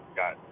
got